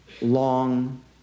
long